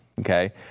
Okay